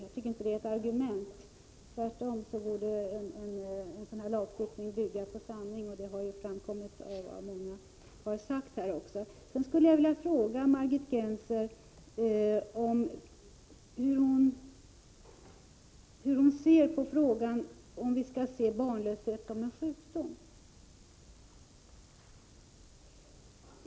Tvärtom bör lagstiftningen bygga på sanningen — det har ju också framkommit av vad många sagt. Sedan skulle jag vilja fråga Margit Gennser om hon anser att vi skall se barnlöshet som en sjukdom.